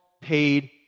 paid